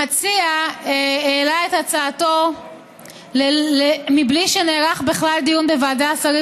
המציע העלה את הצעתו מבלי שנערך בכלל דיון בוועדת השרים